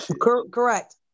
Correct